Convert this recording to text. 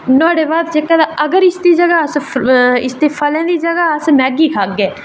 ते नुहाड़े बाद जेह्का ता अगर इसदी दी जगह अस इसदे आह्लें दी जगह अस मैगी खाह्गे